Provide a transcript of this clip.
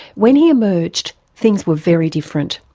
when he emerged, things were very different.